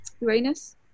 Uranus